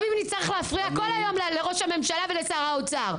גם אם נצטרך להפריע כל היום לראש הממשלה ולשר האוצר.